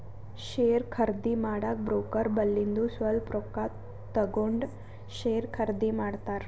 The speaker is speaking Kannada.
ಶೇರ್ ಖರ್ದಿ ಮಾಡಾಗ ಬ್ರೋಕರ್ ಬಲ್ಲಿಂದು ಸ್ವಲ್ಪ ರೊಕ್ಕಾ ತಗೊಂಡ್ ಶೇರ್ ಖರ್ದಿ ಮಾಡ್ತಾರ್